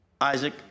Isaac